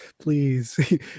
please